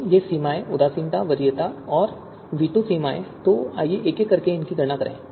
फिर ये सीमाएँ उदासीनता वरीयता और वीटो सीमाएँ तो आइए एक एक करके इनकी गणना करें